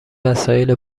وسایل